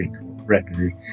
record